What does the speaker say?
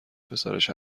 پسرش